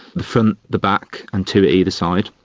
from the back and two at either side,